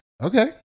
Okay